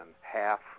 half